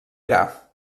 gra